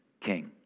king